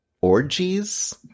orgies